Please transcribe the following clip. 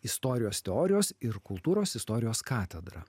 istorijos teorijos ir kultūros istorijos katedrą